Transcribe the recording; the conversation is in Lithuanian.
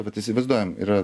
vat įsivaizduojam yra